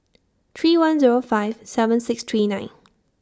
three one Zero five seven six three nine